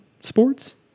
sports